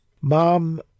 Mom